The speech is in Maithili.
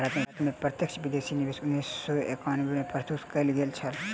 भारत में प्रत्यक्ष विदेशी निवेश उन्नैस सौ एकानबे में प्रस्तुत कयल गेल छल